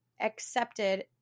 accepted